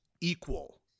equal